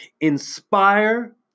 Inspire